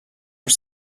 are